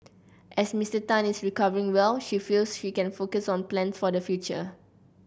as Mister Tan is recovering well she feels she can focus on plans for the future